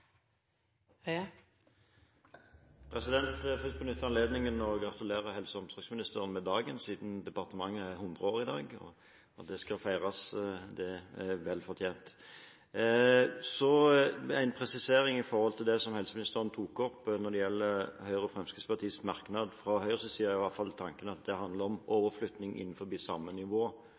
vil først benytte anledningen til å gratulere helse- og omsorgsministeren med dagen siden departementet er 100 år i dag, og det skal feires. Det er vel fortjent. Jeg har en presisering når det gjelder det som helseministeren tok opp angående Høyres og Fremskrittspartiets merknad. Når en bruker begrepet «institusjon», så er tanken, iallfall fra Høyres side, at det handler om overflytting innenfor samme nivå,